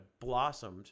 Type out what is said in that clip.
blossomed